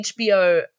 HBO